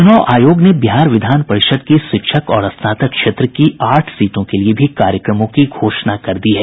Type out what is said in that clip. चुनाव आयोग ने बिहार विधान परिषद् की शिक्षक और स्नातक क्षेत्र की आठ सीटों के लिए भी कार्यक्रमों की घोषणा कर दी है